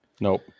Nope